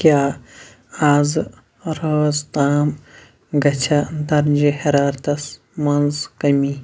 کیٛاہ آز رٲژ تام گژھیٛا درجہِ حرارتس منٛز کمی